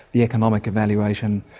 the economic evaluation.